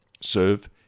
serve